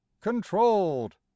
controlled